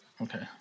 okay